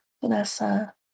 Vanessa